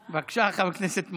בבקשה, חבר הכנסת מעוז.